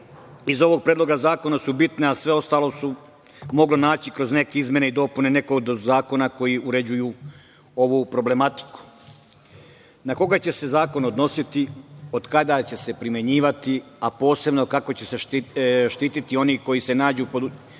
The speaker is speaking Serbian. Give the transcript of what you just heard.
iz ovog Predloga zakona su bitne, a sve ostale su se mogle naći kroz neke izmene i dopune nekog od zakona koji uređuju ovu problematiku. Na koga će se zakon odnositi, od kada će se primenjivati, a posebno kako će se štititi oni koji se nađu pod